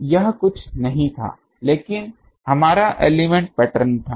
यह कुछ नहीं था लेकिन हमारा एलिमेंट पैटर्न था